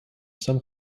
some